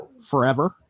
forever